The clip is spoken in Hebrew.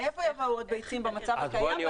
מאיפה יבואו עוד ביצים במצב הקיים,